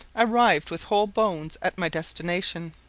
arrived with whole bones at my destination.